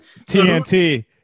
tnt